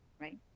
right